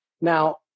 Now